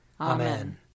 Amen